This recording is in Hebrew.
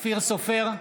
אופיר סופר,